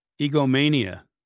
egomania